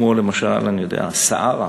כמו למשל סהרה,